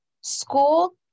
school